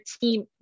team